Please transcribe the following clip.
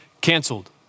canceled